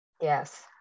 Yes